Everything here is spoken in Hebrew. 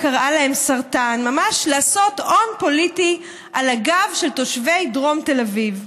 קראה להם "סרטן" ממש לעשות הון פוליטי על הגב של תושבי דרום תל אביב.